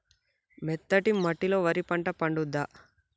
మెత్తటి మట్టిలో వరి పంట పండుద్దా?